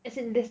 as in this